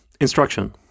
instruction